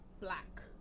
black